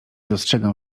dostrzegam